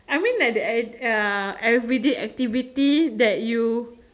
I mean like the adds uh everyday activity that you